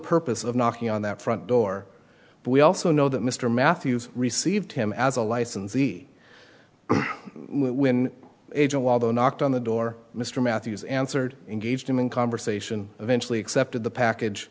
purpose of knocking on that front door but we also know that mr matthews received him as a licensee when agent although knocked on the door mr matthews answered engaged him in conversation eventually accepted the package